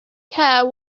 care